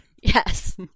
Yes